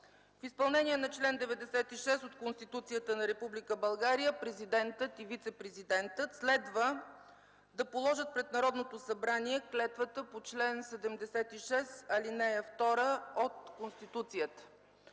В изпълнение на чл. 96 от Конституцията на Република България президентът и вицепрезидентът следва да положат пред Народното събрание клетвата по чл. 76, ал. 2 от Конституцията.